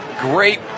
Great